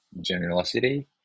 generosity